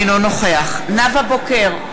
אינו נוכח נאוה בוקר,